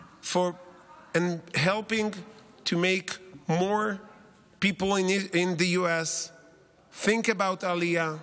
helping to make more people in the US think about Aliyah,